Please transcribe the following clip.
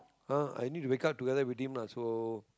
ah I need to wake up together with him lah so